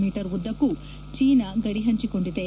me ಉದ್ದಕ್ಕೂ China ಗಡಿ ಪಂಚಿಕೊಂಡಿದೆ